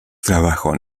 trabajos